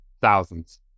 thousands